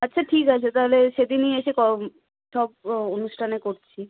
আচ্ছা ঠিক আছে তাহলে সেদিনই এসে ক সব অনুষ্ঠানে করছি